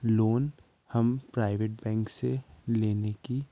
loan हम private bank से लेने की